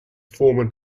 former